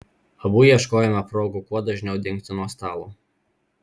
abu ieškojome progų kuo dažniau dingti nuo stalo